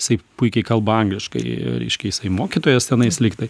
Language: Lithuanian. jisai puikiai kalba angliškai reiškia jisai mokytojas tenais lygtai